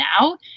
now